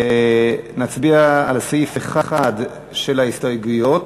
נצביע על סעיף 1 של ההסתייגויות,